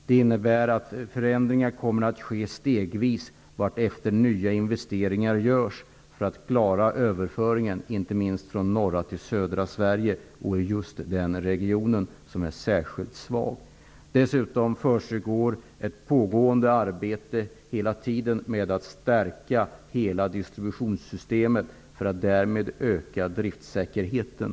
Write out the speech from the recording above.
Detta innebär att förändringar kommer att ske stegvis allteftersom nya investeringar görs för att klara överföringen, inte minst från norra till södra Sverige, just i den region som är särskilt svag. Dessutom pågår ständigt ett arbete med att stärka hela distributionssystemet för att därmed öka driftsäkerheten.